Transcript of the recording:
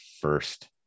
first